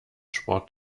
sport